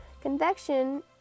Convection